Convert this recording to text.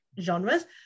genres